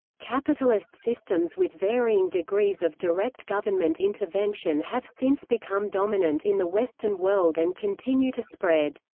capitalist systems with varying degrees of direct government intervention have since become dominant in the western world and continue to spread.